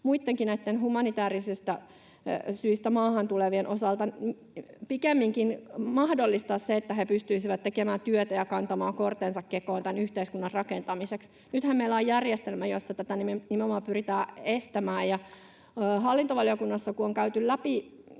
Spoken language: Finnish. muittenkin humanitäärisistä syistä maahan tulevien osalta pikemminkin mahdollistaa se, että he pystyisivät tekemään työtä ja kantamaan kortensa kekoon tämän yhteiskunnan rakentamiseksi, nythän meillä on järjestelmä, jossa tätä nimenomaan pyritään estämään. Kun hallintovaliokunnassa on käyty läpi